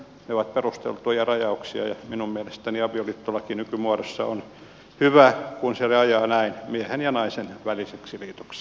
ne ovat perusteltuja rajauksia ja minun mielestäni avioliittolaki nykymuodossaan on hyvä kun sen rajaa näin miehen ja naisen väliseksi liitoksi